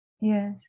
Yes